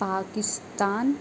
Pakistan